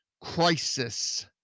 crisis